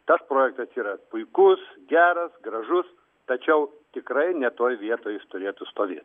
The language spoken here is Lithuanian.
tas projektas yra puikus geras gražus tačiau tikrai ne toj vietoj jis turėtų stovėt